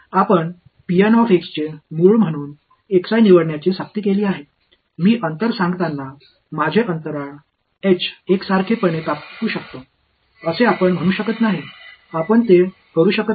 आपण चे मूळ म्हणून निवडण्याची सक्ती केली आहे मी अंतर सांगताना माझे अंतराल h एकसारखेपणाने कापू शकतो असे आपण म्हणू शकत नाही आपण ते करू शकत नाही